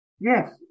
yes